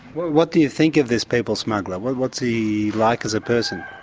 what what do you think of this people smuggler? what's what's he like as a person?